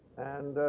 and